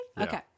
Okay